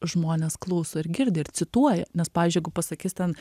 žmonės klauso ir girdi ir cituoja nes pavyzdžiui jeigu pasakys ten